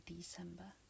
December